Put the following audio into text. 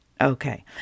Okay